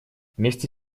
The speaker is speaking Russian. вместе